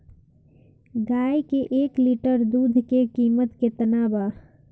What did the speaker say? गाय के एक लीटर दूध के कीमत केतना बा?